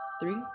three